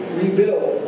rebuild